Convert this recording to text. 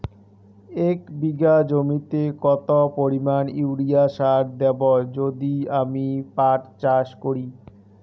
এক বিঘা জমিতে কত পরিমান ইউরিয়া সার দেব যদি আমি পাট চাষ করি?